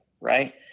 right